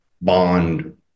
bond